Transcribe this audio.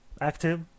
active